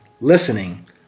listening